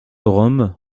rome